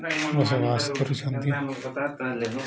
ବସବାସ କରୁଛନ୍ତି